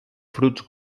fruits